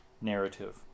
narrative